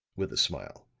with a smile,